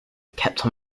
kept